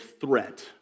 threat